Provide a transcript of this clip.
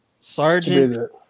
Sergeant